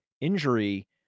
injury